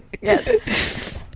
Yes